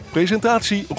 Presentatie